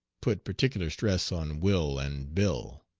put particular stress on will and bill.